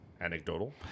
Anecdotal